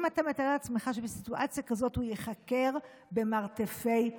האם אתה מתאר לעצמך שבסיטואציה כזאת הוא ייחקר במרתפי השב"כ?